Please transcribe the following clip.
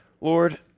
Lord